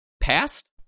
past